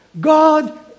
God